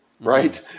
right